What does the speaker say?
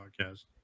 Podcast